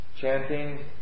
chanting